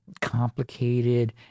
complicated